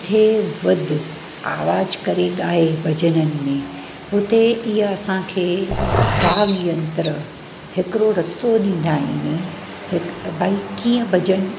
किथे वधि आवाज़ करे ॻाए भजननि में हुते ईअ असांखे वाघ यंत्र हिकिड़ो रस्तो ॾींदा आहिनि हिक भाई कीअं भजनि